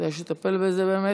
כדאי שתטפל בזה באמת,